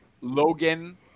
Logan